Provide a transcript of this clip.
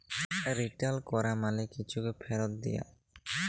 return ক্যরা মালে কিছুকে ফিরত দিয়া